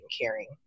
caring